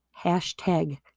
Hashtag